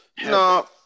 No